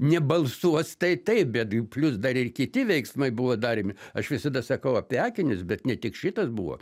nebalsuos tai taip bet plius dar ir kiti veiksmai buvo daromi aš visada sakau apie akinius bet ne tik šitas buvo